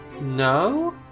No